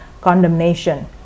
condemnation